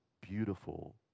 beautiful